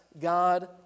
God